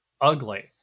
ugly